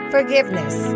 Forgiveness